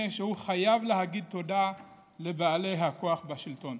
שהוא חייב להגיד תודה לבעלי הכוח בשלטון.